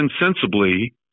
insensibly